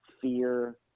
fear